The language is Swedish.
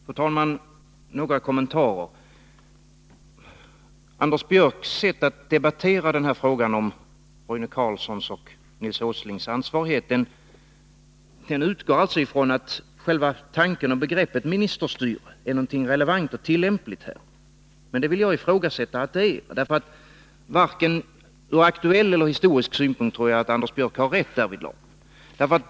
Fru talman! Några kommentarer. När Anders Björck debatterar frågan om Roine Carlssons och Nils Åslings ansvarighet utgår han från att själva begreppet ministerstyrelse är någonting relevant och tillämpligt här, men det vill jag ifrågasätta att det är. Varken ur aktuell eller historisk synpunkt tror jag att Anders Björck har rätt därvidlag.